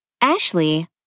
Ashley